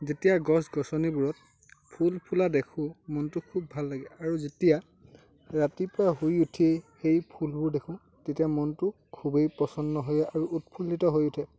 যেতিয়া গছ গছনিবোৰত ফুল ফুলা দেখোঁ মনতো খুব ভাল লাগে আৰু যেতিয়া ৰাতিপুৱা শুই উঠিয়েই সেই ফুলবোৰ দেখোঁ তেতিয়া মনতো খুবেই প্ৰসন্ন হয় আৰু উৎফুল্লিত হৈ উঠে